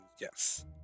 Yes